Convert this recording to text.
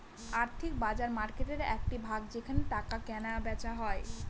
আর্থিক বাজার মার্কেটের একটি ভাগ যেখানে টাকা কেনা বেচা হয়